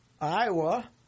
Iowa